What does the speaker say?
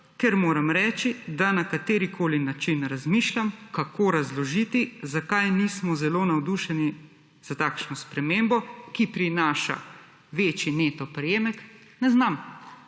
ker moram reči, da na katerikoli način razmišljam, kako razložiti, zakaj nismo zelo navdušeni za takšno spremembo, ki prinaša večji neto prejemek. Ne znam